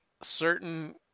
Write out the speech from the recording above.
certain